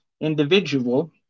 individual